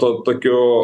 tuo tokiu